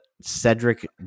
Cedric